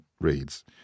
reads